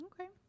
Okay